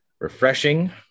refreshing